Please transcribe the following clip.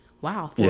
Wow